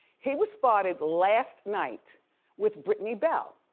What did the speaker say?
he was spotted last night with brittany bell